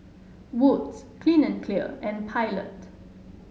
Wood's Clean and Clear and Pilot